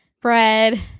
bread